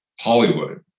Hollywood